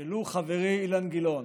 לו חברי אילן גילאון,